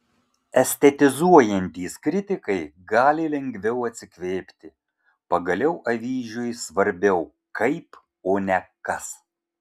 estetizuojantys kritikai gali lengviau atsikvėpti pagaliau avyžiui svarbiau kaip o ne kas